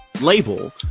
label